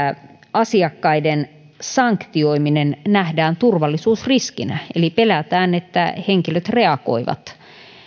asiakkaiden sanktioiminen nähdään turvallisuusriskinä eli pelätään että henkilöt reagoivat